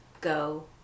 go